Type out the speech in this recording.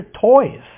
toys